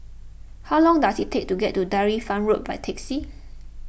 how long does it take to get to Dairy Farm Road by taxi